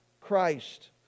christ